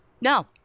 No